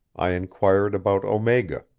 i inquired about omega.